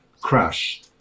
crash